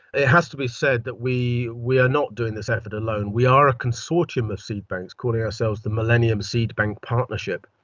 it has to be said that we we are not doing this effort alone. we are a consortium of seed banks, calling ourselves the millennium seed bank partnership,